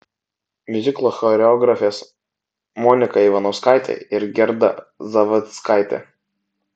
miuziklo choreografės monika ivanauskaitė ir gerda zavadzkaitė